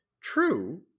True